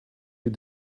you